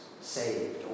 saved